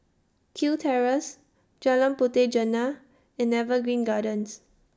Kew Terrace Jalan Puteh Jerneh and Evergreen Gardens